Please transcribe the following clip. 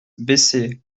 baissé